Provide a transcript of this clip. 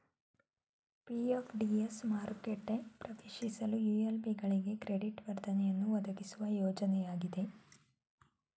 PF DF ಮಾರುಕೆಟ ಪ್ರವೇಶಿಸಲು ULB ಗಳಿಗೆ ಕ್ರೆಡಿಟ್ ವರ್ಧನೆಯನ್ನು ಒದಗಿಸುವ ಯೋಜ್ನಯಾಗಿದೆ